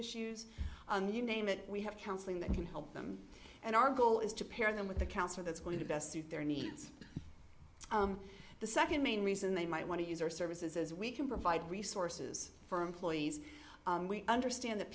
issues you name it we have counseling that can help them and our goal is to pair them with a counselor that's going to best suit their needs the second main reason they might want to use our services as we can provide resources for employees we understand that